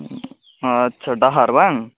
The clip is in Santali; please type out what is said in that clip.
ᱟᱪᱷᱟ ᱰᱟᱦᱟᱨ ᱵᱟᱝ